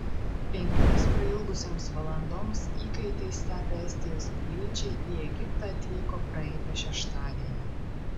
penkioms prailgusioms valandoms įkaitais tapę estijos piliečiai į egiptą atvyko praeitą šeštadienį